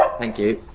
ah thank you.